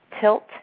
Tilt